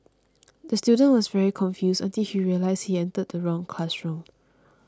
the student was very confused until he realised he entered the wrong classroom